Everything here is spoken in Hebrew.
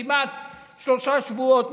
כמעט שלושה שבועות?